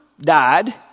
died